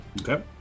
Okay